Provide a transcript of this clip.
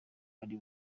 ari